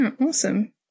Awesome